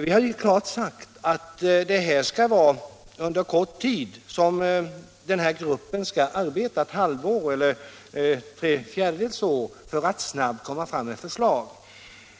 Vi har klart uttalat att ledningsgruppen skall arbeta en kort tid — ett halvår eller tre fjärdedels år — för att snabbt framlägga förslag.